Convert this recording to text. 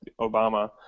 Obama